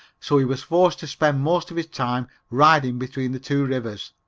so he was forced to spend most of his time riding, between the two rivers.